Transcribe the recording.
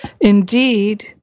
Indeed